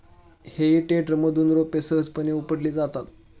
हेई टेडरमधून रोपे सहजपणे उपटली जातात